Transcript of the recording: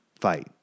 fight